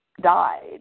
died